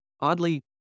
oddly